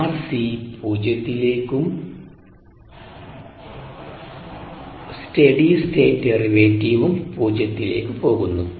rc പൂജ്യത്തിലേക്കും steady state ഡെറിവേറ്റീവും പൂജ്യത്തിലേക്ക് പോകുന്നു